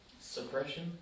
Suppression